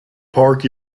park